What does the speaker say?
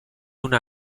una